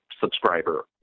subscriber